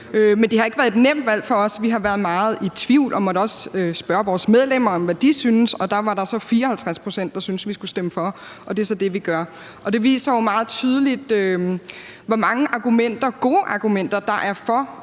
men det har ikke været et nemt valg for os. Vi har været meget i tvivl og måtte også spørge vores medlemmer om, hvad de syntes. Der var så 54 pct., der syntes, at vi skulle stemme for – og det er så det, vi gør. Det viser jo meget tydeligt, hvor mange gode argumenter der er for